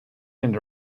and